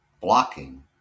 blocking